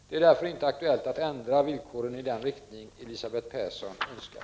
Det är därför inte aktuellt att ändra villkoren i den riktning Elisabeth Persson önskar.